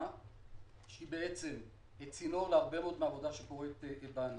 שהיא צינור להרבה מאוד מהעבודה שקורית בענף.